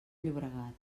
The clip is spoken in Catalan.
llobregat